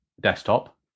desktop